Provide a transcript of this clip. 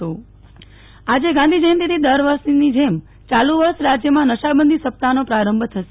નેહલ ઠક્કર નશાબંધી સપ્તાહ આજે ગાંધીજયંતિથી દર વર્ષની જેમ ચાલુ વર્ષ રાજ્યમાં નશાબંધી સપ્તાહનો પ્રારંભ થશે